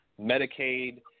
medicaid